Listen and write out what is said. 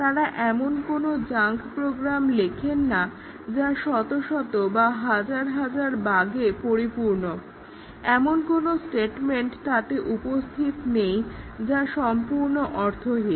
তারা এমন কোনো জাঙ্ক প্রোগ্রাম লিখেন না যা শত শত বা হাজার হাজার বাগে পরিপূর্ণ এমন কোনো স্টেটমেন্ট তাতে উপস্থিত যা সম্পূর্ণ অর্থহীন